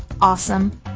awesome